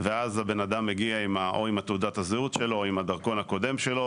ואז הבן אדם מגיע או עם תעודת הזהות שלו או עם הדרכון הקודם שלו.